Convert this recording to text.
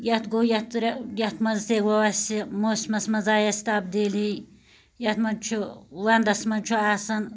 یتھ گوٚو یتھ یتھ مَنٛز تہِ گوٚو اسہِ موسمَس مَنٛز آیہِ اسہِ تبدیٖلی یتھ مَنٛز چھُ ونٛدَس مَنٛز چھُ آسان